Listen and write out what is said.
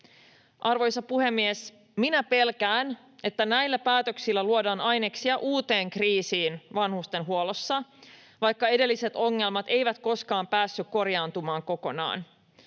Arvoisa puhemies! Minä pelkään, että näillä päätöksillä luodaan aineksia uuteen kriisiin vanhustenhuollossa, vaikka edelliset ongelmat eivät koskaan päässeet korjaantumaan kokonaan.